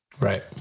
Right